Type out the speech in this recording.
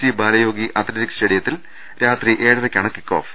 C Balayogi athletic സ്റ്റേഡിയത്തിൽ രാത്രി ഏഴരക്കാണ് കിക്കോഫ്